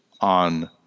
on